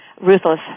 ruthless